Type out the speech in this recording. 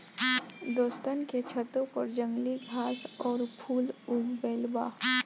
दोस्तन के छतों पर जंगली घास आउर फूल उग गइल बा